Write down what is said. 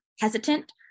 hesitant